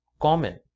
common